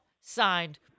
Signed